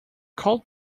called